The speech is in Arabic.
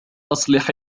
أصلح